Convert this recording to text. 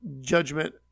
judgment